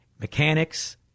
mechanics